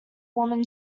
woman